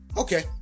Okay